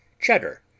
cheddar